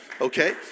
Okay